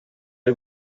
y’u